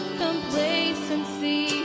complacency